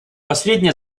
последняя